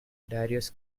darius